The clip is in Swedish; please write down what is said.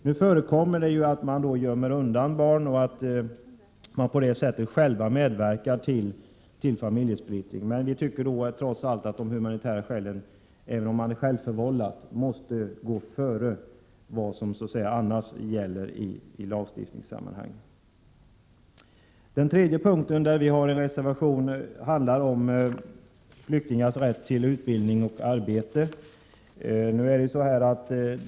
Det förekommer att barn göms undan och att de asylsökande på det sättet själva medverkar till familjesplittring, men vi tycker trots allt — även om splittringen är sjävförvållad — att de humanitära skälen måste gå före vad som så att säga annars gäller i lagstiftningssammanhang. Den tredje punkten där vi har en reservation handlar om flyktingars rätt till utbildning och arbete.